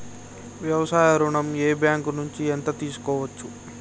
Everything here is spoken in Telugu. వ్యవసాయ ఋణం ఏ బ్యాంక్ నుంచి ఎంత తీసుకోవచ్చు?